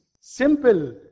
simple